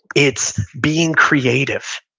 it's being creative.